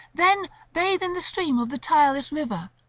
then bathe in the stream of the tireless river,